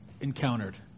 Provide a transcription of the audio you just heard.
encountered